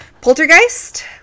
Poltergeist